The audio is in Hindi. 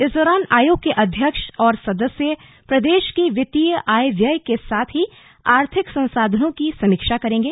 इस दौरान आयोग के अध्यक्ष और सदस्य प्रदेश की वित्तीय आय व्यय के साथ ही आर्थिक संसाधनों की समीक्षा करेंगे